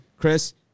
Chris